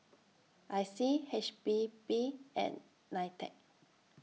I C H P B and NITEC